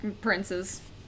princes